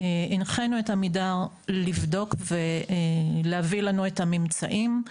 הנחינו את עמידר לבדוק ולהביא לנו את הממצאים.